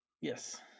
Yes